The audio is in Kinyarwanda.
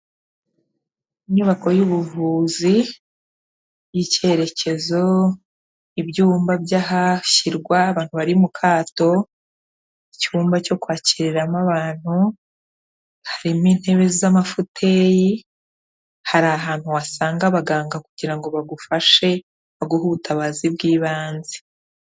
inyubako y'ubuvuzi y'ikerekezo, ibyumba by'ahashyirwa abantu bari mu kato, icyumba cyo kwakiriramo abantu, harimo intebe z'amafuteyi, hari ahantu wasanga abaganga kugira ngo bagufashe baguhe ubutabazi bw'ibanze.